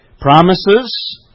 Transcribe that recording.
promises